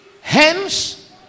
Hence